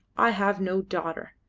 i have no daughter.